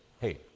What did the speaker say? Hey